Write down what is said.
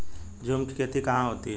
झूम की खेती कहाँ होती है?